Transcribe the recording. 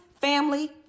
family